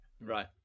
Right